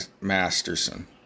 Masterson